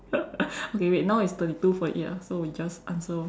okay wait now it's thirty two forty eight ah so we just answer orh